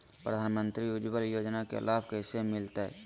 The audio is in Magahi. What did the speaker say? प्रधानमंत्री उज्वला योजना के लाभ कैसे मैलतैय?